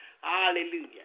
Hallelujah